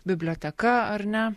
biblioteka ar ne